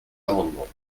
amendements